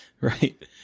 right